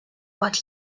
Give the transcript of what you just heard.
what